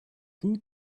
two